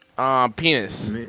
Penis